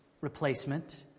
replacement